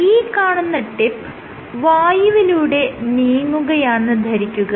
ഈ കാണുന്ന ടിപ്പ് വായുവിലൂടെ നീങ്ങുകയാണെന്ന് ധരിക്കുക